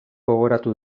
gogoratu